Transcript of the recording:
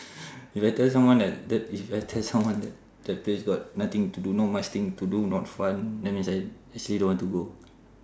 if I tell someone that that is better someone that that place got nothing to do not much thing to do not fun then is ei~ she don't want to go